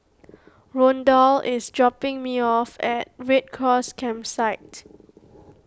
Rondal is dropping me off at Red Cross Campsite